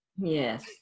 Yes